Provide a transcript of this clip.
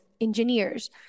engineers